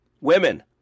Women